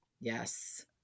Yes